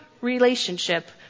relationship